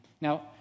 Now